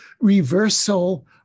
reversal